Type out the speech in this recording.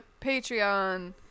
Patreon